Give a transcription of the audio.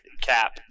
cap